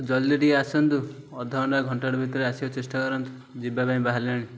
ଜଲ୍ଦି ଟିକେ ଆସୁନ୍ତୁ ଅଧଘଣ୍ଟା ଘଣ୍ଟାଟେ ଭିତରେ ଆସକୁ ଚେଷ୍ଟା କରନ୍ତୁ ଯିବା ପାଇଁ ବାହାରିଲଣି